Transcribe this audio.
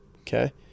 Okay